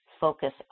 focus